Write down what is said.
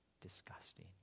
disgusting